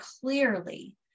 clearly